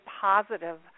positive